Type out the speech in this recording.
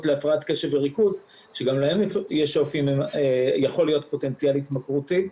להפרעת קשב וריכוז שגם להן יכול להיות פוטנציאל התמכרותי,